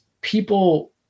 people